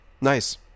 Nice